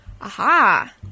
Aha